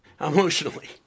Emotionally